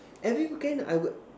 every weekend I would